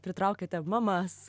pritraukėte mamas